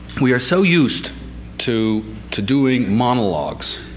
we are so used to to doing monologues.